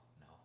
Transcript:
No